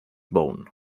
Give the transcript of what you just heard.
bone